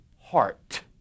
heart